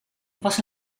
was